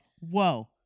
whoa